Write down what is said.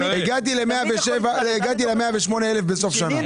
הגעתי ל-108,000 בסוף שנה,